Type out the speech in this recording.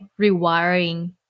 rewiring